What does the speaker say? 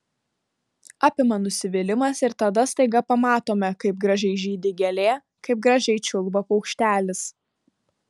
apima nusivylimas ir tada staiga pamatome kaip gražiai žydi gėlė kaip gražiai čiulba paukštelis